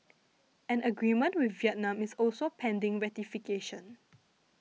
an agreement with Vietnam is also pending ratification